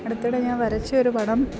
അടുത്തിടെ ഞാൻ വരച്ചൊരു പടം